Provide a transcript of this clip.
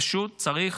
פשוט צריך